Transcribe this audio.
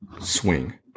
swing